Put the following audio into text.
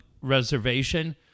Reservation